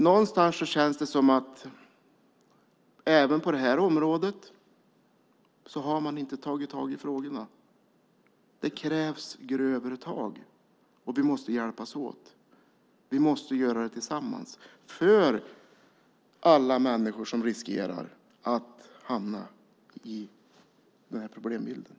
Någonstans känns det som att man inte heller på det här området har tagit tag i frågorna. Det krävs grövre tag, och vi måste hjälpas åt. Vi måste göra det tillsammans - för alla människor som riskerar att hamna i den här problembilden.